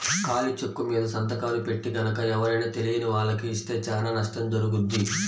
ఖాళీ చెక్కుమీద సంతకాలు పెట్టి గనక ఎవరైనా తెలియని వాళ్లకి ఇస్తే చానా నష్టం జరుగుద్ది